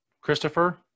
Christopher